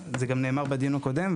זה גם נאמר בדיון הקודם,